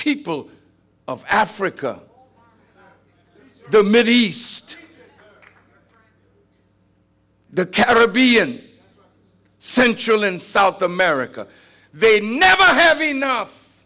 people of africa the middle east the caribbean central and south america they never have enough